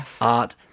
art